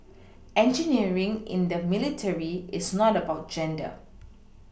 engineering in the military is not about gender